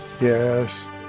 yes